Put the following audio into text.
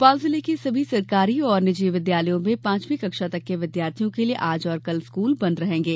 भोपाल जिले के सभी सरकारी और निजी विद्यालयों में पांचवी कक्षा तक के विद्यार्थियों के लिए आज और कल स्कूल बंद रहेंगे